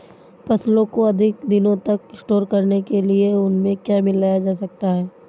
फसलों को अधिक दिनों तक स्टोर करने के लिए उनमें क्या मिलाया जा सकता है?